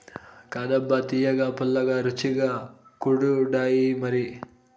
కాదబ్బా తియ్యగా, పుల్లగా, రుచిగా కూడుండాయిమరి